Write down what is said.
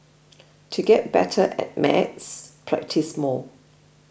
to get better at maths practise more